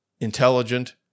intelligent